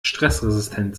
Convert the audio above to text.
stressresistent